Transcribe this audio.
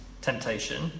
temptation